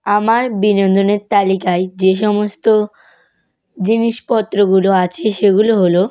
আমার বিনোদনের তালিকায় যেই সমস্ত জিনিসপত্রগুলো আছে সেগুলো হল